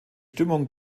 bestimmung